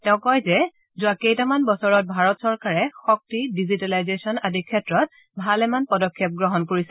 তেওঁ কয় যে যোৱা কেইটামান বছৰত ভাৰত চৰকাৰে শক্তি ডিজিটেলাইজেচন আদি ক্ষেত্ৰত ভালেমান পদক্ষেপ গ্ৰহণ কৰিছে